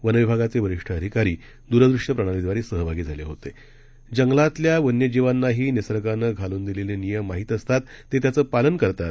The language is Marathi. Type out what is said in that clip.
वनविभागाचेवरिष्ठअधिकारीद्रदृष्यप्रणालीद्वारेसहभागीझालेहोते जंगलातल्यावन्यजीवांनाहीनिसर्गानंघालूनदिलेलेनियमठाऊकअसतात तेत्याचेपालनकरतात